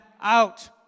out